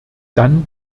dann